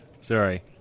Sorry